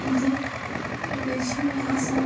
تہٕ بیٚیہِ چھِنہٕ آسان